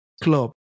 club